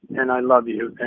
and i love you.